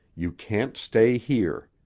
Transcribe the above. you can't stay here.